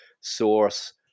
source